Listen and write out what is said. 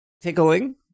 tickling